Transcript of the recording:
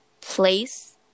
place